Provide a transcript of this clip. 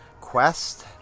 quest